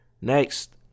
Next